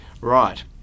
Right